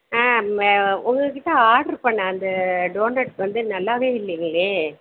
ஆ உங்கள் கிட்ட ஆர்டர் பண்ணிண அந்த டோணட் வந்து நல்லாவே இல்லைங்களே